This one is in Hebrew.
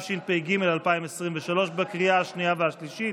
התשפ"ג 2023, לקריאה השנייה והשלישית.